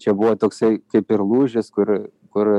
čia buvo toksai kaip ir lūžis kur kur